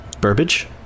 burbage